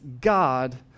God